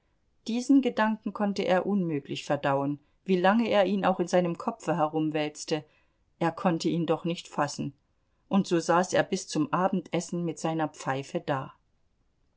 diesen gedanken konnte er unmöglich verdauen wie lange er ihn auch in seinem kopfe herumwälzte er konnte ihn doch nicht fassen und so saß er bis zum abendessen mit seiner pfeife da